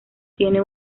tiene